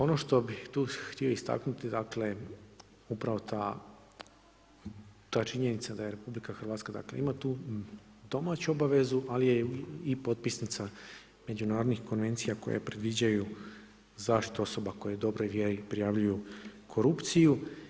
Ono što bi tu htio istaknuti dakle upravo ta činjenica da RH dakle ima tu domaću obavezu ali je i potpisnica međunarodnih konvencija koje predviđaju zaštitu osoba koje u dobroj vjeri prijavljuju korupciju.